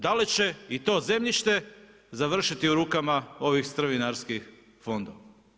Da li će i to zemljište završiti u rukama ovih strvinarskih fondova?